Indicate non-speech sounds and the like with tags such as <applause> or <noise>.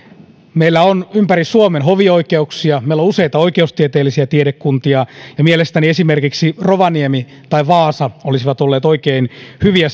meillä on ympäri suomen hovioikeuksia meillä on useita oikeustieteellisiä tiedekuntia ja mielestäni esimerkiksi rovaniemi tai vaasa olisivat olleet oikein hyviä <unintelligible>